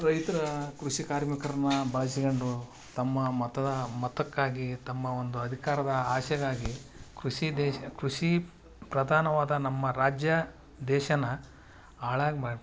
ರೈತರ ಕೃಷಿ ಕಾರ್ಮಿಕರನ್ನ ಬಳಸ್ಗ್ಯಂಡು ತಮ್ಮ ಮತದ ಮತಕ್ಕಾಗಿ ತಮ್ಮ ಒಂದು ಅಧಿಕಾರದ ಆಸೆಗಾಗಿ ಕೃಷಿ ದೇಶ ಕೃಷಿ ಪ್ರಧಾನವಾದ ನಮ್ಮ ರಾಜ್ಯ ದೇಶನ ಹಾಳಾಗಿ ಮಾಡಿದ್ರು